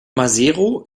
maseru